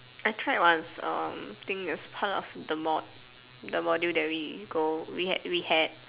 I tried once um think is part of the mod~ the module that we go we had we had